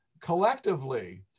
collectively